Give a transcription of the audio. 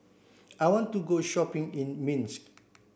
I want to go shopping in Minsk